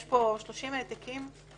יש פה 30 העתקים.